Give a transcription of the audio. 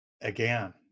again